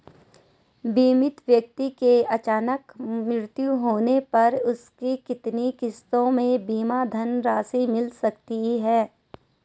बीमित व्यक्ति के अचानक मृत्यु होने पर उसकी कितनी किश्तों में बीमा धनराशि मिल सकती है?